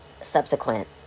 subsequent